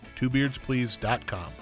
twobeardsplease.com